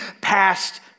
past